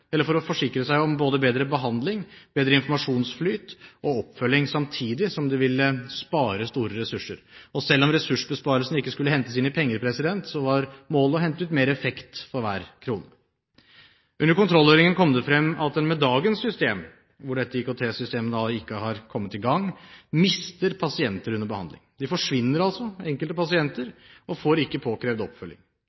forsikre seg om bedre behandling, bedre informasjonsflyt og oppfølging, samtidig som det ville spare store ressurser. Selv om ressursbesparelsen ikke skulle hentes inn i penger, var målet å hente ut mer effekt for hver krone. Under kontrollhøringen kom det frem at en med dagens system – hvor dette IKT-systemet da ikke har kommet i gang – mister pasienter under behandling. De forsvinner altså, enkelte pasienter,